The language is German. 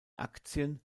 aktien